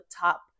top